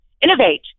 innovate